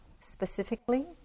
specifically